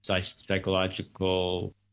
psychological